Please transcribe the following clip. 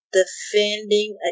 defending